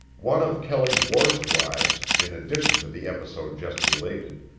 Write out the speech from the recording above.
one of kelley's worst rides, in addition to the episode just related,